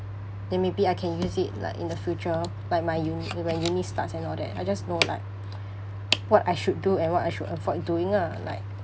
then maybe I can use it like in the future like my uni when uni starts and all that I just know like what I should do and what I should avoid doing ah like ah